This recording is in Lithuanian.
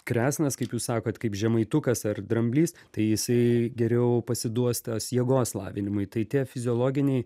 kresnas kaip jūs sakot kaip žemaitukas ar dramblys tai jisai geriau pasiduos tas jėgos lavinimui tai tie fiziologiniai